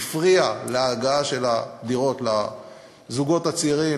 הפריעה להגעה של הדירות לזוגות הצעירים,